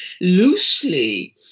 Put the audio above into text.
loosely